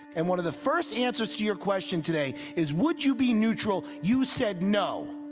and one of the first answers to your question today, is would you be neutral you said no.